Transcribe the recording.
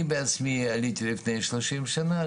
אני בעצמי עליתי לפני שלושים שנה,